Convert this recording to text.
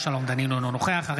אינו נוכח שלום דנינו,